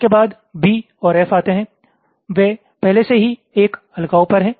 उसके बाद B और F आते हैं वे पहले से ही 1 अलगाव पर हैं